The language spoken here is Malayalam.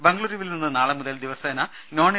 ബംഗളൂരുവിൽ നിന്ന് നാളെ മുതൽ ദിവസേന നോൺ എ